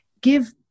Give